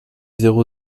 zéro